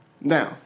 Now